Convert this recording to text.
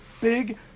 Big